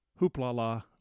hoopla